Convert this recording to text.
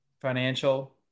financial